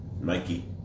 Mikey